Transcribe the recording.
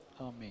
Amen